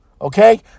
Okay